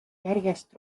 järjest